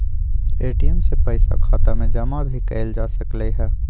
ATM से पइसा खाता में जमा भी कएल जा सकलई ह